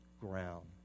ground